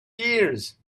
years